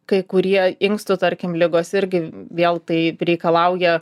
kai kurie inkstų tarkim ligos irgi vėl tai reikalauja